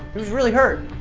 he was really hurt.